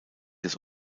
des